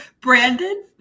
Brandon